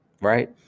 right